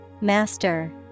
Master